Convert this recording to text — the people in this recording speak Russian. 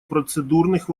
процедурных